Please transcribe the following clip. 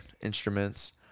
instruments